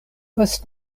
post